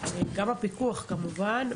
גם הפיקוח כמובן,